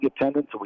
attendance